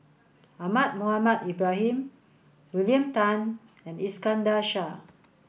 Ahmad Mohamed Ibrahim William Tan and Iskandar Shah